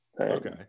Okay